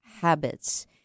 habits